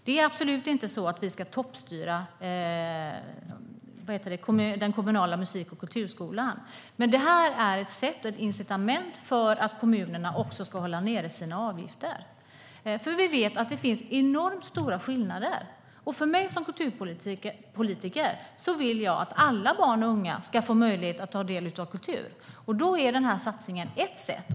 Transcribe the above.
Det är absolut inte så att vi ska toppstyra den kommunala musik och kulturskolan. Men det här är ett incitament för kommunerna att hålla nere sina avgifter eftersom vi vet att det finns enormt stora skillnader. Som kulturpolitiker vill jag att alla barn och unga ska få möjlighet att ta del av kultur, och den här satsningen är ett sätt.